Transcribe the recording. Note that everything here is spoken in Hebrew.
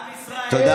אין.